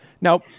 Now